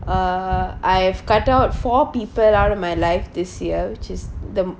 uh I've cut out four people out of my life this year which is the